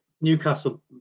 Newcastle